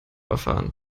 erfahren